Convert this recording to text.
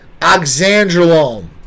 Oxandrolone